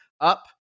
up